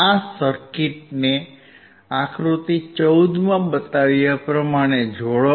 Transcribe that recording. તેથી આ સર્કિટને આકૃતિ 14 માં બતાવ્યા પ્રમાણે જોડો